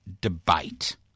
debate